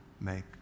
make